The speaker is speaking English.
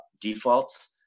defaults